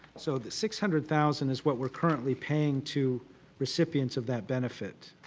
so that six hundred thousand is what we're currently paying to recipients of that benefit.